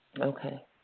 Okay